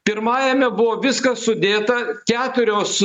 pirmajame buvo viskas sudėta keturios